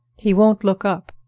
he won't look up.